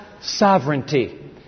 sovereignty